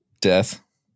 Death